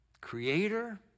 Creator